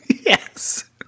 Yes